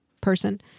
person